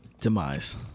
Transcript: demise